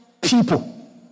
people